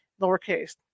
lowercase